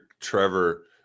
Trevor